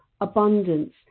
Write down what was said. abundance